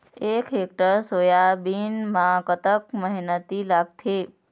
एक hectare soybean म कतक मेहनती लागथे?